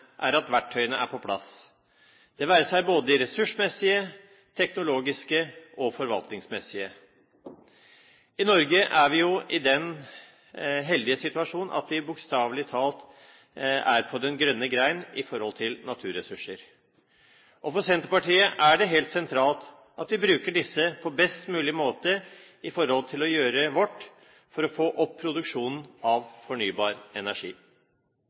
er at verktøyene er på plass, det være seg både de ressursmessige, teknologiske og forvaltningsmessige. I Norge er vi jo i den heldige situasjon at vi bokstavelig talt er på den grønne gren med hensyn til naturressurser. For Senterpartiet er det helt sentralt at vi bruker disse på best mulig måte for å gjøre vårt for å få opp produksjonen av fornybar energi.